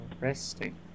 resting